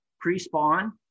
pre-spawn